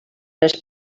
les